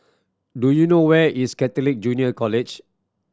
do you know where is Catholic Junior College